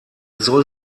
soll